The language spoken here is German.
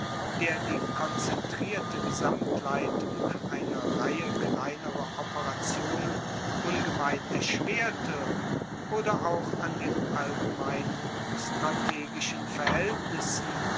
der die konzentrierte gesamtleitung einer reihe kleinerer operationen ungemein erschwerte oder auch an den allgemeinen strategischen verhaeltnissen